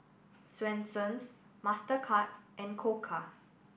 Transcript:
Swensens Mastercard and Koka